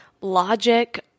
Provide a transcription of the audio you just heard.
logic